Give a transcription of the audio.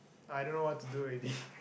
I don't know what to do already